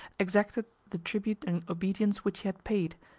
exacted the tribute and obedience which he had paid,